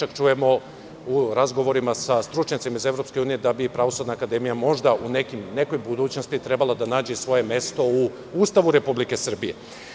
U razgovorima sa stručnjacima iz EU mi čak čujemo da bi Pravosudna akademija možda, u nekoj budućnosti, trebala da nađe svoje mesto u Ustavu Republike Srbije.